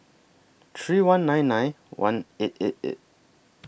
three one nine nine one eight eight eight